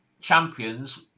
champions